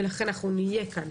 ולכן אנחנו נהיה כאן.